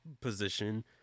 position